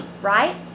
right